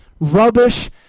rubbish